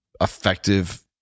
effective